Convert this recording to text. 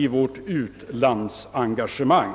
gäller vårt u-landsengagemang.